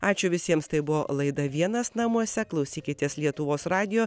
ačiū visiems tai buvo laida vienas namuose klausykitės lietuvos radijo